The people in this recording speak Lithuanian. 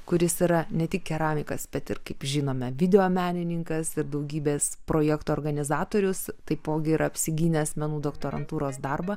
kuris yra ne tik keramikas bet ir kaip žinome videomenininkas ir daugybės projektų organizatorius taipogi yra apsigynęs menų doktorantūros darbą